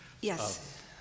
Yes